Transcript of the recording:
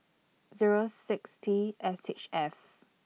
Zero six T S H F